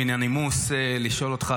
מן הנימוס לשאול אותך,